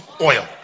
oil